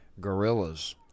Gorillas